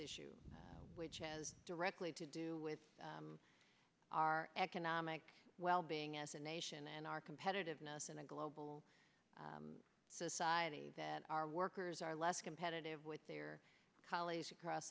issue which has directly to do with our economic well being as a nation and our competitiveness in a global society that our workers are less competitive with their colleagues across